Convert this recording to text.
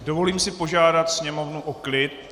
Dovolím si požádat sněmovnu o klid.